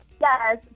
Yes